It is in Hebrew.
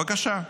בבקשה.